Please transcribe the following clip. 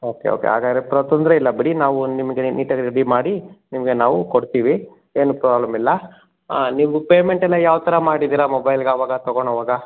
okay okay ಹಾಗಾರೆ ತೊಂದರೆ ಇಲ್ಲ ಬಿಡಿ ನಾವು ನಿಮಗೆ ನೀಟಾಗಿ ರೆಡಿ ಮಾಡಿ ನಿಮಗೆ ನಾವು ಕೊಡ್ತೀವಿ ಏನೂ ಪ್ರಾಬ್ಲಮ್ ಇಲ್ಲ ನೀವು ಪೇಮೆಂಟ್ ಎಲ್ಲ ಯಾವ ಥರ ಮಾಡಿದ್ದೀರಾ ಮೊಬೈಲ್ಗೆ ಅವಾಗ ತೊಗೊಳೊವಾಗ